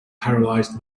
paralysed